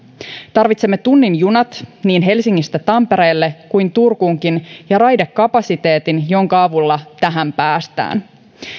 tarvitsemme tunnin junat niin helsingistä tampereelle kuin turkuunkin ja raidekapasiteetin jonka avulla tähän päästään